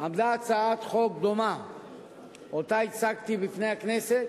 עמדה הצעת חוק דומה שהצגתי בפני הכנסת.